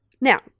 now